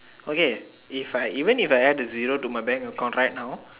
okay if I even I add a zero to my bank account right now